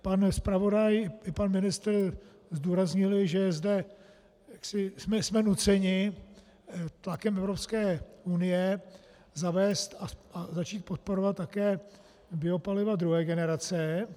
Pan zpravodaj i pan ministr zdůraznili, že jsme nuceni tlakem Evropské unie zavést a začít podporovat také biopaliva druhé generace.